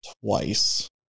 twice